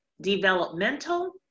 developmental